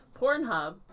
Pornhub